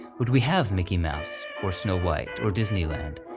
would we have mickey mouse, or snow white, or disneyland,